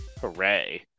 Hooray